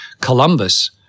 Columbus